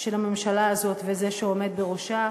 של הממשלה הזאת ושל זה שעומד בראשה,